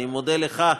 אני מודה לך,